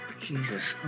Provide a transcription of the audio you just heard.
Jesus